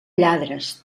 lladres